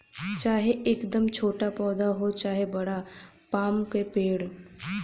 चाहे एकदम छोटा पौधा हो चाहे बड़ा पाम क पेड़